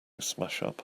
smashup